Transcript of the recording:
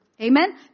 Amen